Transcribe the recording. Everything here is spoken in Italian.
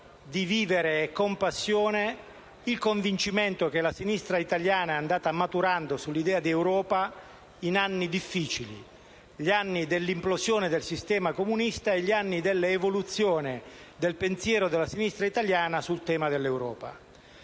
di vivere con passione la posizione che la sinistra italiana è andata maturando rispetto all'idea di Europa in anni difficili, quelli cioè dell'implosione del sistema comunista e dell'evoluzione del pensiero della sinistra italiana sul tema dell'Europa.